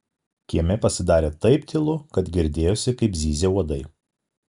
kieme pasidarė taip tylu kad girdėjosi kaip zyzia uodai